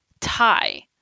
tie